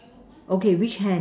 okay which hand